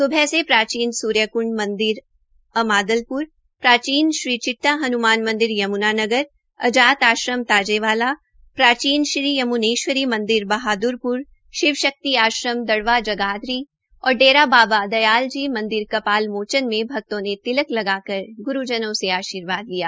स्बह से प्राचीन सूर्यक्ंड मंदिर अमादलप्र प्राचीन श्री चिट्टा हनमान मंदिर यम्नानगर आजात आश्रम ताजेवाला प्राचीन श्री यम्नेश्वरी मंदिर बहाद्रगढ़ शिव शक्ति आश्रम दड़वा जगाधरी और डेरा बाबा दयाल की मंदिर कपाल मोचन में भक्तों ने तिलक कर ग्रूजनों से आर्शीवाद लिया